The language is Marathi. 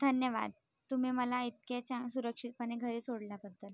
धन्यवाद तुम्ही मला इतके छान सुरक्षितपणे घरी सोडल्याबद्दल